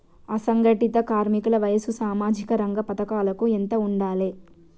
అసంఘటిత కార్మికుల వయసు సామాజిక రంగ పథకాలకు ఎంత ఉండాలే?